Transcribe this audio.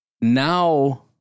Now